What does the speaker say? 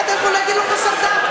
איך אתה יכול להגיד לו "חסר דת"?